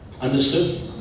Understood